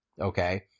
okay